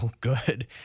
good